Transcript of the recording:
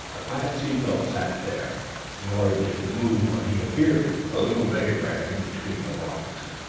a fat sea-gull sat there nor did it move when he appeared. a little bay ran in between the rocks,